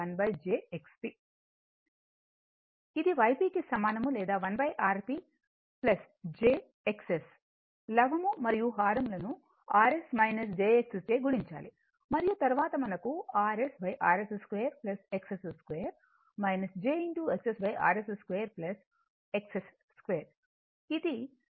ఇది Y P కి సమానం లేదా 1 Rs jXS లవం మరియు హారం ను Rs jXS చే గుణించాలి మరియు తరువాత మనకు Rs Rs 2 XS 2 jXS Rs 2 XS ఇది 1 Rp j 1XP